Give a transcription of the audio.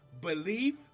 belief